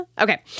Okay